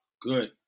Good